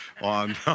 on